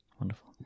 Wonderful